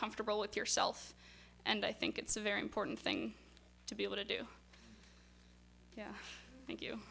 comfortable with yourself and i think it's a very important thing to be able to do yeah thank you